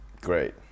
Great